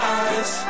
eyes